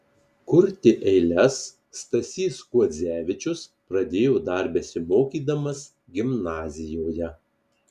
kurti eiles stasys kuodzevičius pradėjo dar besimokydamas gimnazijoje